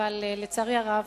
אבל לצערי הרב,